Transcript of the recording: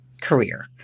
career